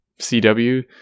cw